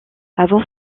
avant